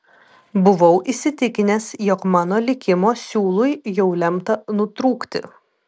buvau įsitikinęs jog mano likimo siūlui jau lemta nutrūkti